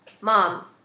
Mom